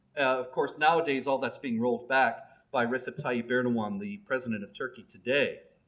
of course nowadays all that's being rolled back by recep tayyip erdogan, the president of turkey today,